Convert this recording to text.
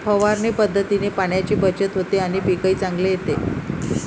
फवारणी पद्धतीने पाण्याची बचत होते आणि पीकही चांगले येते